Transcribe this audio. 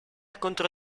contro